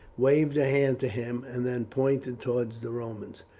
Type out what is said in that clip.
waved her hand to him, and then pointed towards the romans.